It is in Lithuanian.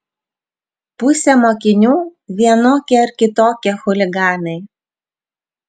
pusė mokinių vienokie ar kitokie chuliganai